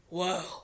whoa